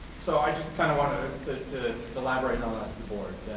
so i just kind of wanted to elaborate on that to the board,